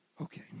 Okay